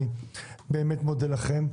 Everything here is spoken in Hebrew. אני באמת מודה לכם.